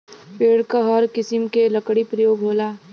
पेड़ क हर किसिम के लकड़ी परयोग होला